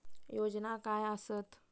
योजना काय आसत?